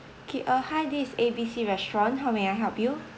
K uh hi this is A B C restaurant how may I help you